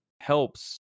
helps